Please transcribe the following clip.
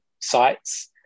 sites